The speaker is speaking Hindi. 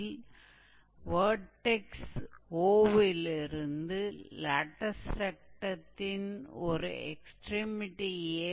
तो इस से शीर्ष यह लैटस रेक्टम का पूरा एक्सट्रीमिटी एल है